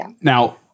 Now